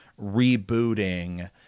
rebooting